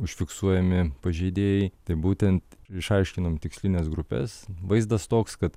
užfiksuojami pažeidėjai tai būtent išaiškinom tikslines grupes vaizdas toks kad